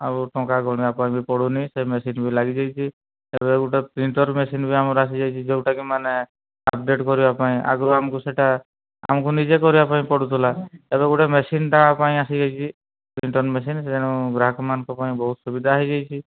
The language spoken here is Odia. ଆଉ ଟଙ୍କା ଗଣିବା ପାଇଁ ବି ପଡ଼ୁନି ସେ ମେସିନ୍ ବି ଲାଗିଯାଇଛି ଏବେ ଗୋଟେ ପ୍ପ୍ରିଣ୍ଟର୍ ମେସିନ୍ ବି ଆମର ଆସି ଯାଇଛି ଯେଉଁଟାକି ମାନେ ଅପଡ଼େଟ୍ କରିବା ପାଇଁ ଆଗରୁ ଆମକୁ ସେଇଟା ଆମକୁ ନିଜେ କରିବା ପାଇଁ ପଡ଼ୁ ଥିଲା ଏବେ ଗୋଟିଏ ମେସିନ୍ ତା ପାଇଁ ଆସି ଯାଇଛି ପ୍ରିଣ୍ଟର୍ ମେସିନ୍ ତେଣୁ ଗ୍ରାହକମାନଙ୍କ ପାଇଁ ବହୁତ ସୁବିଧା ହୋଇଯାଇଛି